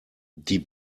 die